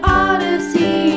odyssey